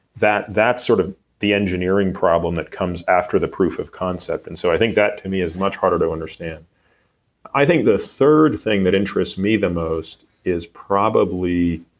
that's sort of the engineering problem that comes after the proof of concept. and so i think that, to me, is much harder to understand i think the third thing that interests me the most is probably,